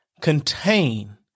contain